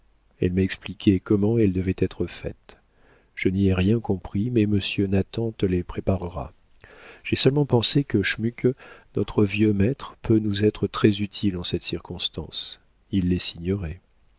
elle m'a expliqué comment elles devaient être faites je n'y ai rien compris mais monsieur nathan te les préparera j'ai seulement pensé que schmuke notre vieux maître peut nous être très utile en cette circonstance il les